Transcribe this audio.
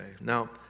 Now